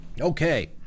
okay